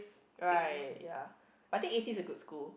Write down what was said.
right ya but I think A C is a good school